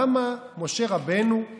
למה משה רבנו,